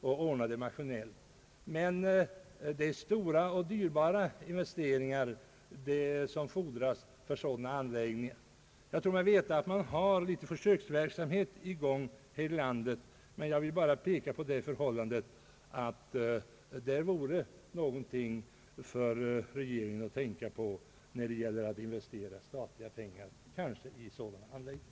Men sådana anläggningar fordrar stora och kostnadskrävande investeringar. Jag tror mig veta att viss försöksverksamhet finns i detta avseende här i landet. Jag vill nu bara peka på att detta kunde vara något för regeringen att fundera över när det gäller att investera statliga medel, kanske just i sådana här anläggningar.